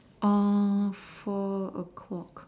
four o-clock